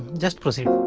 just proceed.